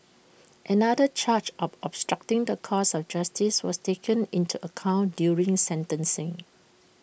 another charge of obstructing the course of justice was taken into account during sentencing